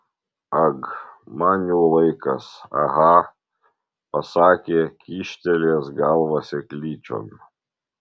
ag man jau laikas aha pasakė kyštelėjęs galvą seklyčion